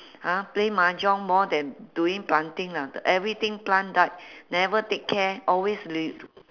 !huh! play mahjong more than doing planting lah the everything plant died never take care always re~